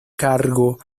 cargo